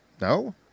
no